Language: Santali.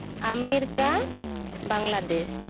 ᱟᱢᱮᱨᱤᱠᱟ ᱵᱟᱝᱞᱟᱫᱮᱥ